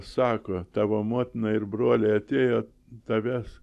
sako tavo motina ir broliai atėjo tavęs